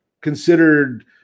considered